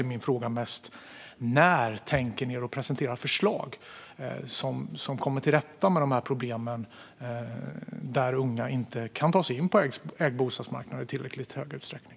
Min fråga är mest när ni tänker presentera förslag som kommer till rätta med problemet att unga inte kan ta sig in på marknaden för ägda bostäder i tillräckligt hög utsträckning.